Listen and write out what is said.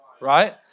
right